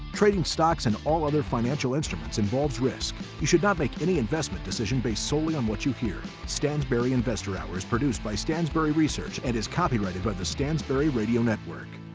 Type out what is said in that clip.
trading stocks and all other financial instruments involves risk. you should not make any investment decision based solely on what you hear. stansberry investor hour is produced by stansberry research and is copyrighted by the stansberry radio network.